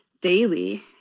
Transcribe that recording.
daily